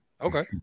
Okay